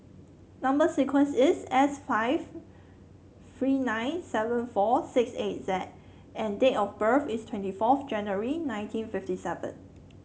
number sequence is S five three nine seven four six eight Z and date of birth is twenty fourth January nineteen fifty seven